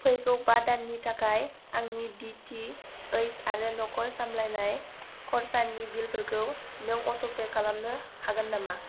फैगौ बा दाननि थाखाय आंनि डि टि एच आरो न'खर सामलायनाय खर्सानि बिलफोरखौ नों अट'पे खालामनो हागोन नामा